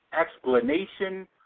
explanation